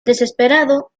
desesperado